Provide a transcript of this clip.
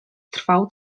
trwał